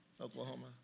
Oklahoma